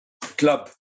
club